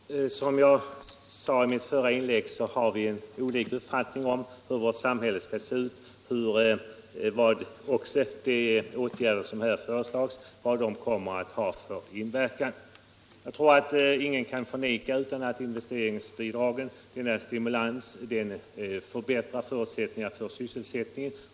Herr talman! Som jag sade i mitt förra inlägg har vi olika uppfattningar om hur vårt samhälle skall se ut och vilken inverkan de åtgärder kommer att ha som föreslås. Jag tror ingen kan förneka att investeringsbidragen innebär en stimulans och förbättrar förutsättningarna för sysselsättningen.